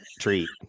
treat